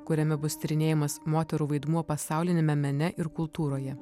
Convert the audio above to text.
kuriame bus tyrinėjamas moterų vaidmuo pasauliniame mene ir kultūroje